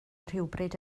rhywbryd